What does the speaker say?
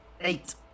Eight